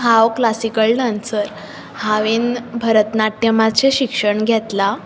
हांव classical dancer हांवें भरतनाट्यमाचें शिक्षण घेतलां